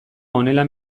honela